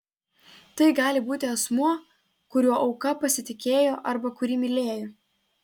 tai gali būti asmuo kuriuo auka pasitikėjo arba kurį mylėjo